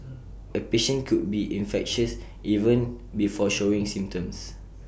A patient could be infectious even before showing symptoms